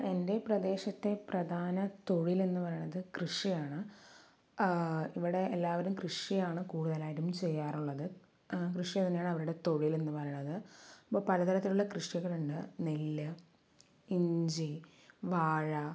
എന്റെ പ്രദേശത്തെ പ്രധാന തൊഴില് എന്ന് പറയണത് കൃഷിയാണ് ഇവിടെ എല്ലാവരും കൃഷിയാണ് കൂടുതലായിട്ടും ചെയ്യാറുള്ളത് കൃഷി തന്നെയാണ് അവരുടെ തൊഴില് എന്ന് പറയണത് അപ്പോൾ പലതരത്തിലുള്ള കൃഷികളുണ്ട് നെല്ല് ഇഞ്ചി വാഴ